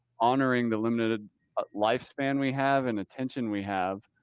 honoring the limited ah lifespan we have and attention we have.